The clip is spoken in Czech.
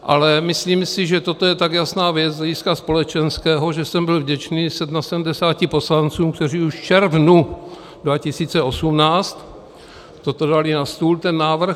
Ale myslíme si, že toto je tak jasná věc z hlediska společenského, že jsem byl vděčný ze 77 poslanců, kteří už v červnu 2018 toto dali na stůl, ten návrh.